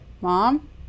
Mom